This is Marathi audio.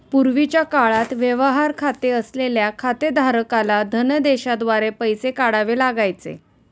पूर्वीच्या काळात व्यवहार खाते असलेल्या खातेधारकाला धनदेशाद्वारे पैसे काढावे लागायचे